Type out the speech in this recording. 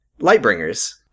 Lightbringers